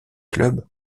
clubs